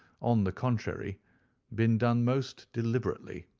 on the contrary been done most deliberately,